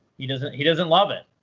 he doesn't he doesn't love it.